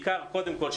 קודם כל,